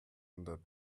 under